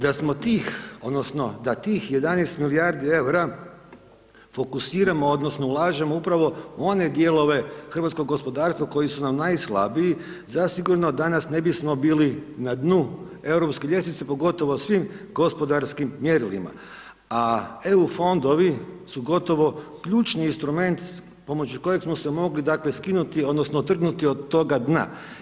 Da tih 11 milijardi eura fokusiramo odnosno ulažemo upravo u one dijelove hrvatskog gospodarstva koji su nam najslabiji, zasigurno danas ne bi bili na dnu europske ljestvice, pogotovo svim gospodarskim mjerilima, a EU fondovi su gotovo ključni instrument pomoću kojeg smo se mogli dakle skinuti, odnosno otrgnuti od toga dna.